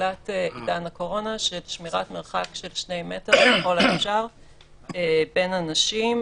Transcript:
מתחילת עידן הקורונה של שמירת 2 מטרים ככל האפשר בין אנשים,